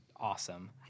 awesome